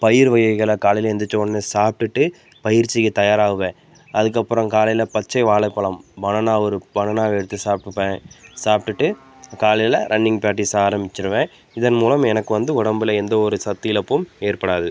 பயிறு வகைகளை காலையில் எழுந்திருச்சவுடனே சாப்பிட்டுட்டு பயிற்சிக்கு தயாராகுவேன் அதுக்கப்புறம் காலையில் பச்சை வாழைப்பலம் பனனா ஒரு பனனாவை எடுத்து சாப்பிட்டுப்பேன் சாப்பிட்டுட்டு காலையில் ரன்னிங் ப்ராக்ட்டிஸ் ஆரம்பிச்சிடுவேன் இதன்மூலம் எனக்கு வந்து டம்பில் எந்தவொரு சத்து இழப்பும் ஏற்படாது